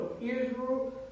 Israel